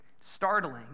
startling